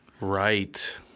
Right